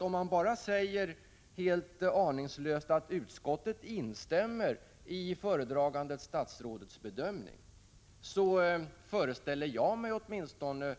Om man bara helt aningslöst säger att utskottet instämmer i föredragande statsrådets bedömning föreställer åtminstone jag